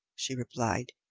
she replied.